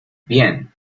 bien